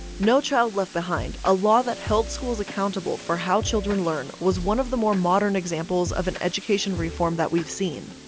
no child left behind, a law that held schools accountable for how children learn, was one of the more modern examples of an education reform that we've seen.